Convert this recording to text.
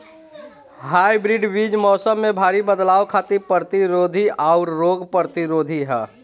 hybrid बीज मौसम में भारी बदलाव खातिर प्रतिरोधी आउर रोग प्रतिरोधी ह